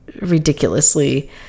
ridiculously